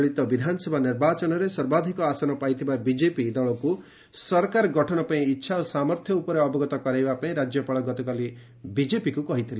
ଚଳିତ ବିଧାନସଭା ନିର୍ବାଚନରେ ସର୍ବାଧିକ ଆସନ ପାଇଥିବା ବିଜେପି ଦଳକୁ ସରକାର ଗଠନ ପାଇଁ ଇଚ୍ଛା ଓ ସାମର୍ଥ୍ୟ ଉପରେ ଅବଗତ କରାଇବାପାଇଁ ରାଜ୍ୟପାଳ ଗତକାଲି ବିଜେପିକୁ କହିଥିଲେ